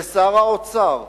לשר האוצר,